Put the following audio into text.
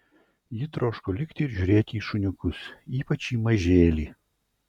ji troško likti ir žiūrėti į šuniukus ypač į mažėlį